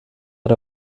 det